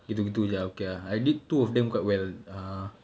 gitu-gitu jer uh okay ah I did two of them quite well err